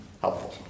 helpful